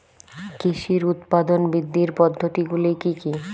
কৃষির উৎপাদন বৃদ্ধির পদ্ধতিগুলি কী কী?